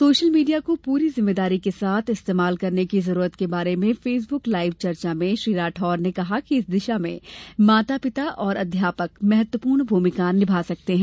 social media को पूरी जिम्मेदारी के साथ इस्तेमाल करने की जरूरत के बारे में फेसबुक लाइव चर्चा में श्री राठौड़ ने कहा कि इस दिशा में माता पिता और अध्यापक महत्वपूर्ण भूमिका निभा सकते हैं